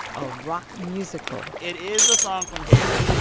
a rock musical it is a song from hair.